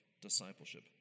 discipleship